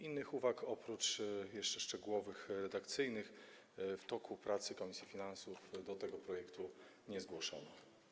Innych uwag oprócz jeszcze szczegółowych uwag redakcyjnych w toku pracy Komisji Finansów Publicznych do tego projektu nie zgłoszono.